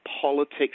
politics